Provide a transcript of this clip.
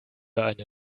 eine